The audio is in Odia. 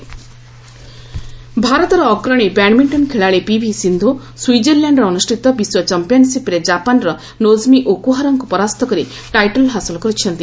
ବ୍ୟାଡମିଣ୍ଟନ ଭାରତର ଅଗ୍ରଣୀ ବ୍ୟାଡମିଷ୍ଟନ ଖେଳାଳୀ ପିଭି ସିନ୍ଧୁ ସୁଇଜରଲ୍ୟାଣ୍ଡରେ ଅନୁଷ୍ଠିତ ବିଶ୍ୱ ଚାମ୍ପିୟନଶିପ୍ରେ ଜାପାନର ନୋଜମୀ ଓକୁହାରାଙ୍କୁ ପରାସ୍ତ କରି ଟାଇଟଲ ହାସଲ କରିଛନ୍ତି